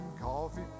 coffee